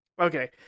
Okay